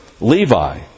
Levi